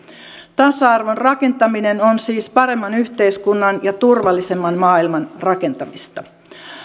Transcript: tasa arvon rakentaminen on siis paremman yhteiskunnan ja turvallisemman maailman rakentamista